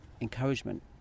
encouragement